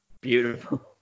beautiful